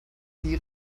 die